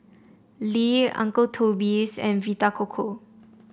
Lee Uncle Toby's and Vita Coco